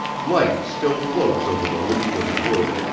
light still floats over the leafless wood,